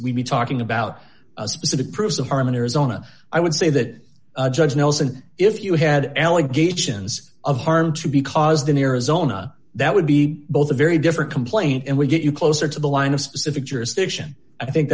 we'd be talking about a specific proof of harm an arizona i would say that judge nelson if you had allegations of harm to be caused in arizona that would be both a very different complaint and we get you closer to the line of specific jurisdiction i think